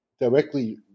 directly